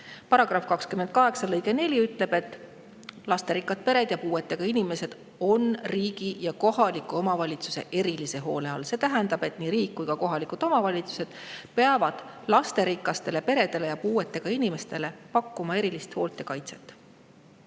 § 28 lõige 4 ütleb, et lasterikkad pered ja puuetega inimesed on riigi ja kohalike omavalitsuste erilise hoole all. See tähendab, et nii riik kui ka kohalikud omavalitsused peavad lasterikastele peredele ja puuetega inimestele pakkuma erilist hoolt ja kaitset.